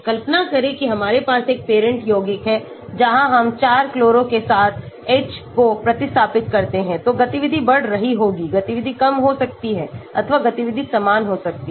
कल्पना करें कि हमारे पास एक पेरेंट यौगिक है जहां हम 4 chloro के साथ H को प्रतिस्थापित करते हैं तो गतिविधि बढ़ रही होगी गतिविधि कम हो सकती है अथवा गतिविधि समान हो सकती है